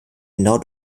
genau